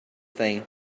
thing